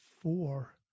four